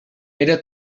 era